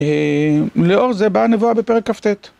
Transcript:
לאור זה בא הנבואה בפרק כט.